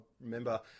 remember